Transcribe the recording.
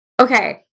okay